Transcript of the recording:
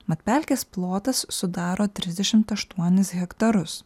mat pelkės plotas sudaro trisdešimt aštuonis hektarus